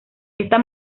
esta